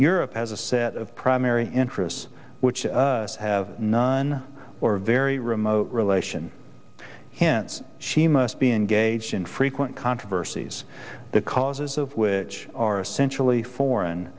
europe has a set of primary interests which have none or very remote relation hints she must be engaged in frequent controversies the causes of which are essentially foreign